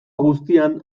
guztian